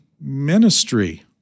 ministry